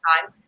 time